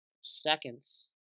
seconds